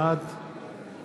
בעד